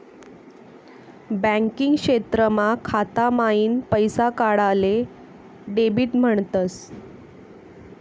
banking क्षेत्रमा खाता माईन पैसा काढाले डेबिट म्हणतस